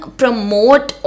promote